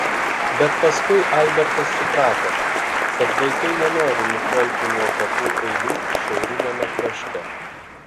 bet paskui albertas suprato kad vaikai nenori nutolti nuo kapų eilių šiauriniame krašte